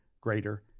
greater